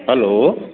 hello